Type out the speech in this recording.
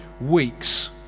weeks